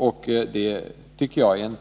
Jag tycker att